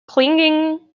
clinging